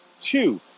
two